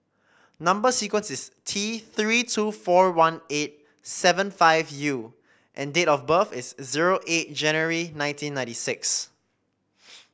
number sequence is T Three two four one eight seven five U and date of birth is zero eight January nineteen ninety six